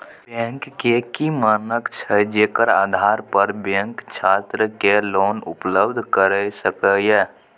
Bank के की मानक छै जेकर आधार पर बैंक छात्र के लोन उपलब्ध करय सके ये?